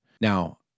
Now